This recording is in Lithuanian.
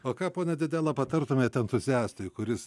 o ką pone dedėla patartumėt entuziastui kuris